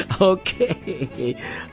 Okay